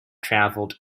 travelled